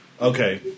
Okay